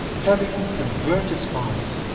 having converted spies,